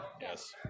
yes